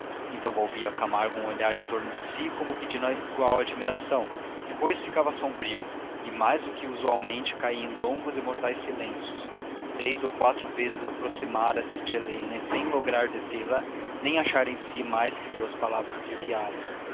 a moça parava então volvia camargo um olhar em torno de si como pedindo igual admiração depois ficava sombrio e mais do que usualmente caía em longos e mortais silêncios três ou quatro vezes aproximara-se de helena sem lograr detê la nem achar em si mais que duas palavras triviais